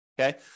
okay